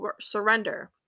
surrender